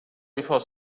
before